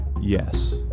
Yes